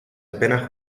apenas